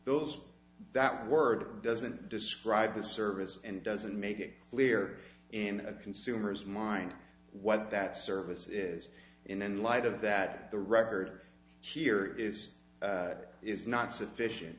those that word doesn't describe the service and doesn't make it clear in a consumer's mind what that service is and in light of that the record here is is not sufficient